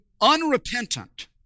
unrepentant